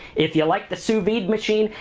if you like the sous vide machine,